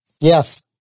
Yes